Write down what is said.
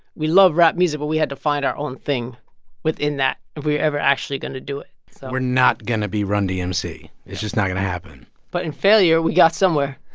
we loved rap music, but we had to find our own thing within that if we were ever actually going to do it. so. we're not going to be run-d m c. it's just not going to happen but in failure, we got somewhere